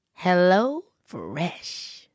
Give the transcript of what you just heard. HelloFresh